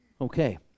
Okay